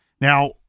Now